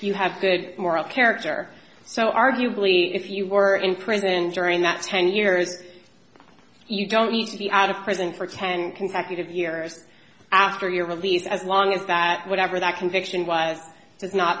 you have good moral character so arguably if you were in prison during that ten years you don't need to be out of prison for ten consecutive years after your release as long as that whatever that conviction was